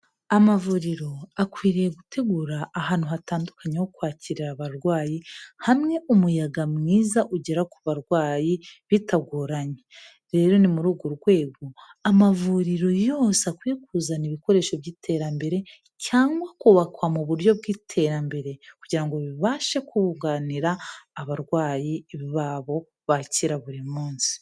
Amavuriro akwiriye gutegura ahantu hatandukanye ho kwakirira abarwayi, hamwe umuyaga mwiza ugera ku barwayi bitagoranye, rero ni muri urwo rwego amavuriro yose akwiye kuzana ibikoresho by'iterambere cyangwa akubakwa mu buryo bw'iterambere, kugira ngo bibashe kunganira abarwayi babo bakira buri munsi.